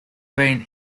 been